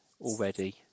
already